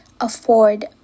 afford